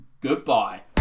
goodbye